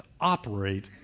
Operate